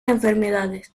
enfermedades